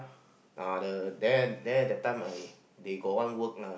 uh the there there that time I they got one work lah